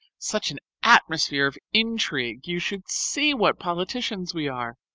such an atmosphere of intrigue you should see what politicians we are!